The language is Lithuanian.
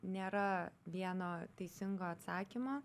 nėra vieno teisingo atsakymo